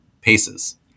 paces